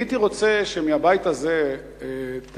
אני הייתי רוצה שמהבית הזה תצא